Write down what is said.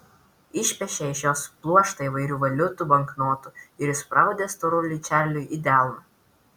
išpešė iš jos pluoštą įvairių valiutų banknotų ir įspraudė storuliui čarliui į delną